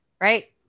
Right